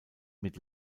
mit